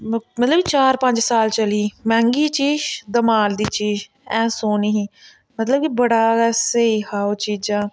मतलब चार पंज साल चली मैंह्गी चीज़ धमाल दी चीज़ ऐ सोह्नी ही मतलब कि बड़ा गै स्हेई हा ओह् चीज़ां